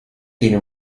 tiene